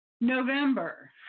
November